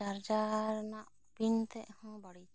charger ᱨᱮᱱᱟᱜ pin ᱛᱮᱫ ᱦᱚᱸ ᱵᱟᱹᱲᱤᱡᱚᱜᱼᱟ